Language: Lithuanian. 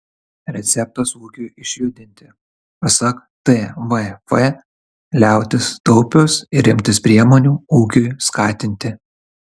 receptas ūkiui išjudinti pasak tvf liautis taupius ir imtis priemonių ūkiui skatinti